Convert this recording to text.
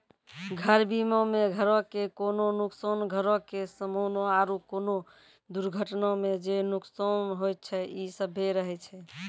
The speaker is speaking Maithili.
घर बीमा मे घरो के कोनो नुकसान, घरो के समानो आरु कोनो दुर्घटना मे जे नुकसान होय छै इ सभ्भे रहै छै